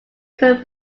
current